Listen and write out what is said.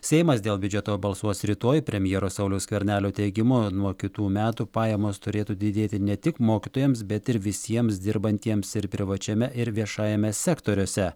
seimas dėl biudžeto balsuos rytoj premjero sauliaus skvernelio teigimu nuo kitų metų pajamos turėtų didėti ne tik mokytojams bet ir visiems dirbantiems ir privačiame ir viešajame sektoriuose